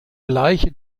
gleiche